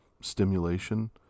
stimulation